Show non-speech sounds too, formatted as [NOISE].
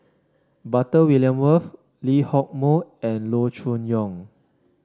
Butter [UNINTELLIGIBLE] Lee Hock Moh and Loo Choon Yong